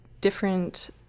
different